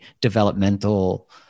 developmental